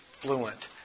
fluent